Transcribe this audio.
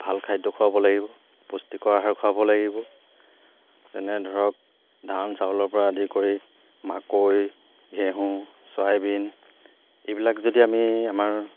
ভাল খাদ্য খুৱাব লাগিব পুষ্টিকৰ আহাৰ খুৱাব লাগিব যেনে ধৰক ধান চাউলৰ পৰা আদি কৰি মাকৈ ঘেঁহু চয়াবিন এইবিলাক যদি আমি আমাৰ